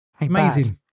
Amazing